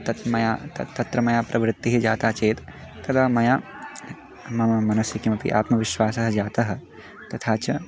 तत् मया तत् तत्र मया प्रवृत्तिः जाता चेत् तदा मया मम मनसि किमपि आत्मविश्वासः जातः तथा च